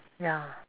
ya